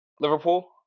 Liverpool